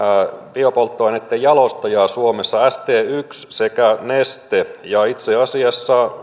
biopolttoaineitten jalostajaa suomessa st yksi sekä neste ja itse asiassa